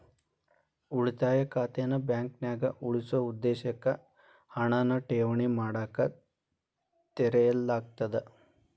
ಉಳಿತಾಯ ಖಾತೆನ ಬಾಂಕ್ನ್ಯಾಗ ಉಳಿಸೊ ಉದ್ದೇಶಕ್ಕ ಹಣನ ಠೇವಣಿ ಮಾಡಕ ತೆರೆಯಲಾಗ್ತದ